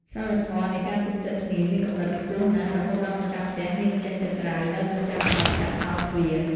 សីលធម៌នៃការទុកចិត្តគ្នាមានកម្រិតខ្ពស់ណាស់ រហូតដល់ម្ចាស់ផ្ទះហ៊ានចេញទៅក្រៅដោយមិនចាំបាច់ចាក់សោទ្វារ។